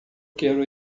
quero